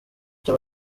icyo